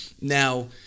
Now